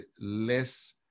less